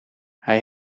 hij